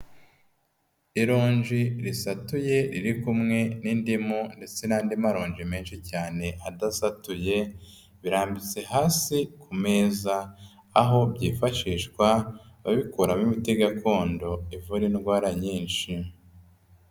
Ironji risatuye riri kumwe n'indimu ndetse n'andi maronji menshi cyane adasatuye, birambitse hasi ku meza, aho byifashishwa babikoramo imiti gakondo ivura indwara nyinshi.